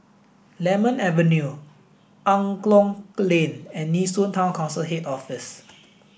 Lemon Avenue Angklong Lane and Nee Soon Town Council Head Office